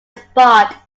spot